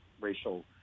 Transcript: racial